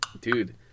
Dude